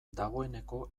dagoeneko